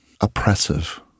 oppressive